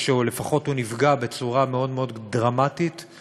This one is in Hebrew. או שהוא לפחות נפגע בצורה דרמטית מאוד מאוד.